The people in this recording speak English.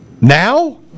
Now